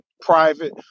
private